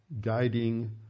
guiding